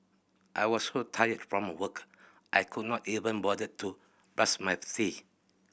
I was so tired from work I could not even bother to brush my teeth